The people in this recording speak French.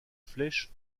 flèche